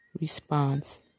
response